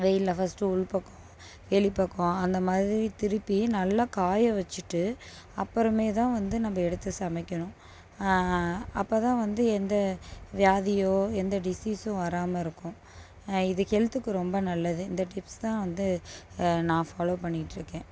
வெயிலில் ஃபஸ்ட்டு உள்பக்கம் வெளிப்பக்கம் அந்தமாதிரி திருப்பியும் நல்லா காய வச்சிட்டு அப்புறமே தான் வந்து நம்ப எடுத்து சமைக்கணும் அப்போ தான் வந்து எந்த வியாதியோ எந்த டிசீஸ்ஸும் வராமல் இருக்கும் இது ஹெல்த்துக்கு ரொம்ப நல்லது இந்த டிப்ஸ் தான் வந்து நான் ஃபாலோ பண்ணிட்டுயிருக்கேன்